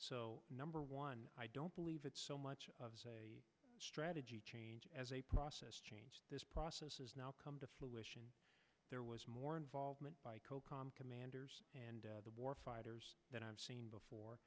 so number one i don't believe it's so much of a strategy change as a process change this process has now come to fruition there was more involvement by cocom commanders and the war fighters that i've seen before